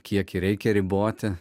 kiekį reikia riboti